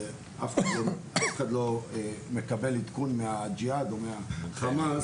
ואף אחד לא מקבל עדכון מהג'יהאד או מהחמאס: